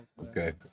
Okay